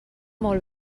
molt